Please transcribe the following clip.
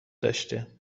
داشته